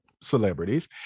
celebrities